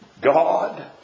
God